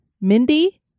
Mindy